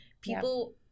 People